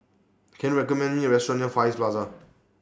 Can YOU recommend Me A Restaurant near Far East Plaza